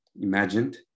imagined